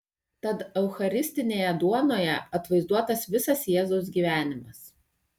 tad eucharistinėje duonoje atvaizduotas visas jėzaus gyvenimas